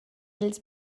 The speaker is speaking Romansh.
ils